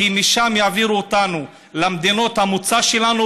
כי משם יעבירו אותנו למדינות המוצא שלנו,